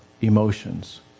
emotions